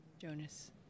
Jonas